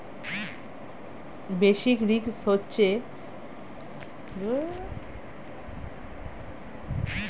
basis risk মানে হচ্ছে spot এবং হেজের মধ্যে তফাৎ